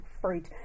fruit